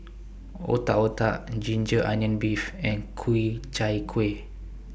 Otak Otak Ginger Onion Beef and Ku Chai Kuih